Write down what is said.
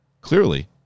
clearly